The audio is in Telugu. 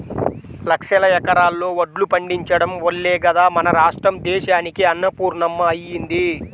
లక్షల ఎకరాల్లో వడ్లు పండించడం వల్లే గదా మన రాష్ట్రం దేశానికే అన్నపూర్ణమ్మ అయ్యింది